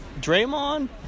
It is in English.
Draymond